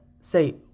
say